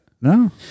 No